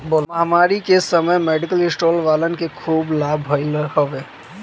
महामारी के समय मेडिकल स्टोर वालन के खूब लाभ भईल हवे